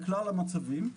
לכלל המצבים.